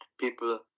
People